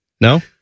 No